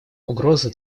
угроза